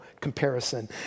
comparison